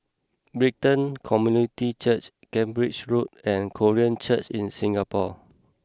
Brighton Community Church Cambridge Road and Korean Church in Singapore